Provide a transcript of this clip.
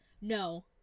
no